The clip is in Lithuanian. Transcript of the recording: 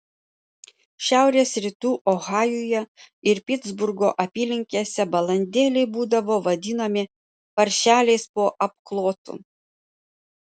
šiaurės rytų ohajuje ir pitsburgo apylinkėse balandėliai būdavo vadinami paršeliais po apklotu